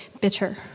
bitter